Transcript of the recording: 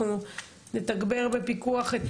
נתגבר בפיקוח עירוני.